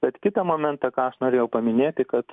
bet kitą momentą ką norėjau paminėti kad